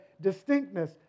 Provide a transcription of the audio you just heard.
distinctness